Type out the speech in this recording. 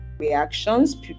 reactions